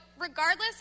Regardless